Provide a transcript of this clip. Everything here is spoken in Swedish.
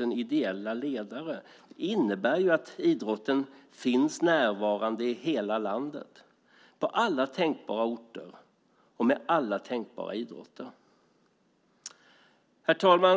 000 ideella ledare innebär ju att idrotten är närvarande i hela landet, på alla tänkbara orter och med alla tänkbara idrotter. Herr talman!